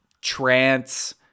trance